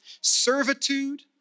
servitude